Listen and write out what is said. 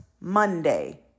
Monday